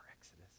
exodus